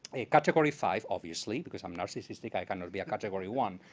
a category five obviously. because i'm narcissistic, i cannot be a category one.